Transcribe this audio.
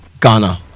Ghana